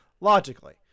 logically